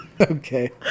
Okay